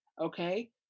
okay